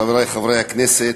חברי חברי הכנסת,